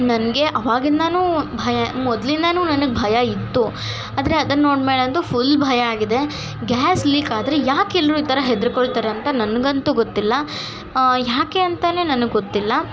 ನನಗೆ ಅವಾಗಿಂದ ಭಯ ಮೊದ್ಲಿಂದ ನನಗೆ ಭಯ ಇತ್ತು ಆದರೆ ಅದನ್ನು ನೋಡ್ಮೇಲಂತೂ ಫುಲ್ ಭಯ ಆಗಿದೆ ಗ್ಯಾಸ್ ಲೀಕಾದರೆ ಯಾಕೆ ಎಲ್ಲರೂ ಈ ಥರ ಹೆದರ್ಕೊಳ್ತಾರೆ ಅಂತ ನನಗಂತು ಗೊತ್ತಿಲ್ಲ ಯಾಕೆ ಅಂತಾ ನನಗೆ ಗೊತ್ತಿಲ್ಲ